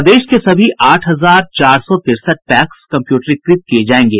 प्रदेश के सभी आठ हजार चार सौ तिरसठ पैक्स कम्प्यूटरीकृत किये जायेंगे